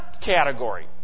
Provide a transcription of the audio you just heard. category